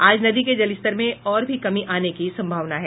आज नदी के जलस्तर में और भी कमी आने की सम्भावना है